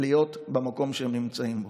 להיות במקום שהם נמצאים בו.